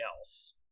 else